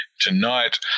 tonight